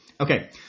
Okay